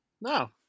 no